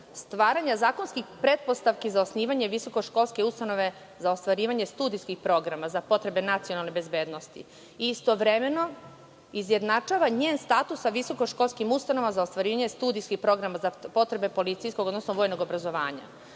stvaranja zakonskih pretpostavki za osnivanje visokoškolske ustanove za ostvarivanje studijskih programa za potrebe nacionalne bezbednosti i, istovremeno, izjednačava njen status sa visokoškolskim ustanovama za ostvarivanje studijskih programa za potrebe policijskog, odnosno vojnog obrazovanja. Članom